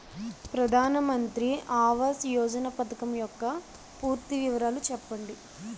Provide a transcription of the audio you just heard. ప్రధాన మంత్రి ఆవాస్ యోజన పథకం యెక్క పూర్తి వివరాలు చెప్పండి?